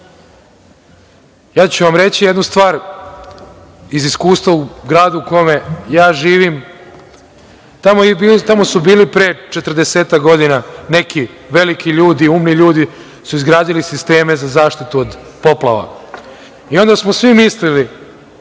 Ja ću vam reći jednu stvar iz iskustva u gradu u kome ja živim. Tamo su bili pre 40-ak godina neki veliki ljudi, umni ljudi su izgradili sisteme za zaštitu od poplava. Onda smo svi mislili,